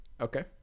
okay